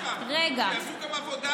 שיעשו גם עבודה באנגלית.